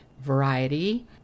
variety